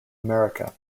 america